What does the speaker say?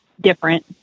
different